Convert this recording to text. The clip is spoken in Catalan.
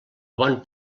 bon